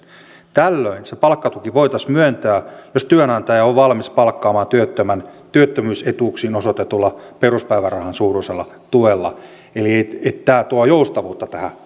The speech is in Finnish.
tällöin se palkkatuki voitaisiin myöntää jos työnantaja on valmis palkkaamaan työttömän työttömyysetuuksiin osoitetulla peruspäivärahan suuruisella tuella eli tämä tuo joustavuutta tähän